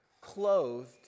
clothed